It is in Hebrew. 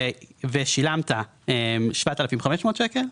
לדוגמה, ושילמת 7,500 ₪,